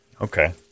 Okay